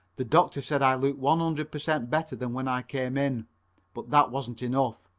the doctor said i looked one hundred per cent better than when i came in, but that wasn't enough.